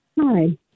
Hi